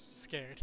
scared